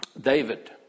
David